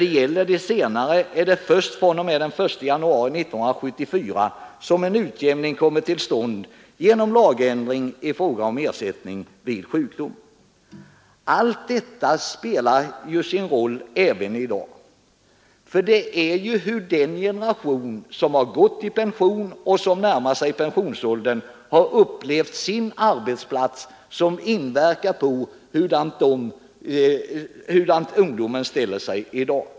Beträffande det senaste är det först från den 1 januari 1974 som en utjämning kom till stånd genom lagändring i fråga om ersättning vid sjukdom. Allt detta spelar sin roll även i dag. Hur generationen som i dag går i pension eller närmar sig pensionsåldern upplevt sin arbetsplats inverkar på ungdomens inställning i dag.